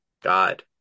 God